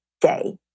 day